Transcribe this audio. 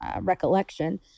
recollection